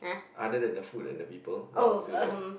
other than the food and the people what else do you like